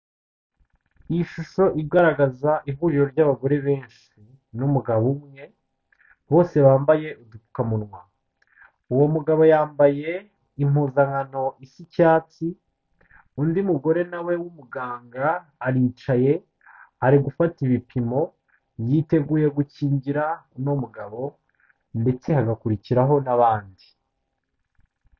Iyi shusho igaragaza ihuriro ry'abagore benshi n'umugabo umwe, bose bambaye udupfukamunwa. Uwo mugabo yambaye impuzankano isa icyatsi, undi mugore na we w'umuganga aricaye ari gufata ibipimo, yiteguye gukingira uno mugabo ndetse hagakurikiraho n'abandi.